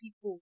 people